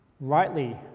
rightly